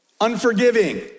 Unforgiving